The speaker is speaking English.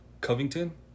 Covington